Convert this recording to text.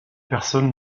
personnes